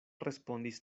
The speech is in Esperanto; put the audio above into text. respondis